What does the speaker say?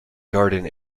garden